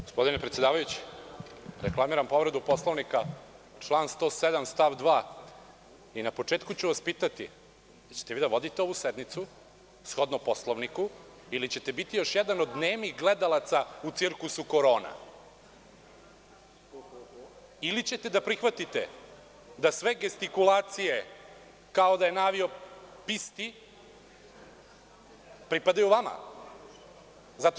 Gospodine predsedavajući, reklamiram povredu Poslovnika, član 107. stav 2. i na početku ću vas pitati – hoćete vi da vodite ovu sednicu, shodno Poslovniku, ili ćete biti još jedan od nemih gledalaca u cirkusu Korona ili ćete prihvatiti da sve gestikulacije, kao da je na avio pisti, pripadaju vama?